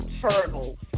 turtles